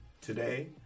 today